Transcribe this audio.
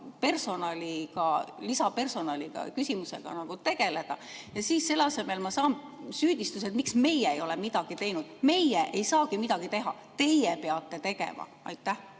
lisavõimestada lisapersonaliga, ja küsimusega tegeleda. Aga selle asemel ma saan süüdistuse, miks meie ei ole midagi teinud. Meie ei saagi midagi teha, teie peate tegema. Aitäh!